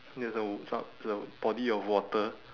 there's a w~ so~ it's a body of water